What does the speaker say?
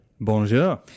Bonjour